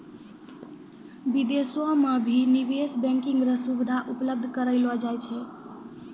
विदेशो म भी निवेश बैंकिंग र सुविधा उपलब्ध करयलो जाय छै